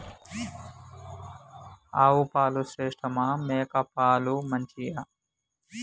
ఆవు పాలు శ్రేష్టమా మేక పాలు మంచియా?